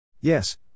Yes